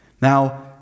Now